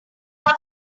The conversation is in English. are